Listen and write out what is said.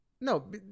no